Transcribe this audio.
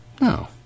No